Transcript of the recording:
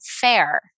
fair